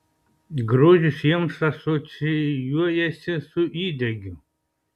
grožis jiems asocijuojasi su įdegiu